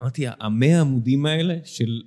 אמרתי, המאה העמודים האלה, של...